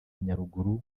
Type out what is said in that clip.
nyaruguru